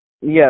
Yes